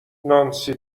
نانسی